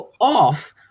off